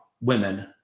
women